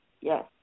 yes